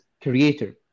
creator